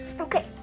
okay